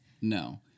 No